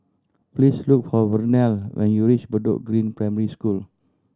please look for Vernelle when you reach Bedok Green Primary School